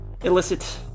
illicit